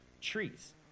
trees